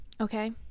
Okay